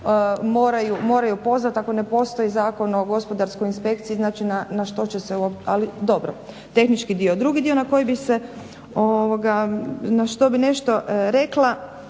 moraju pozvati ako ne postoji Zakon o Gospodarskoj inspekciji znači na što će se onda? Ali dobro, tehnički dio. Drugi dio na koji bih nešto rekla